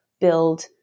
build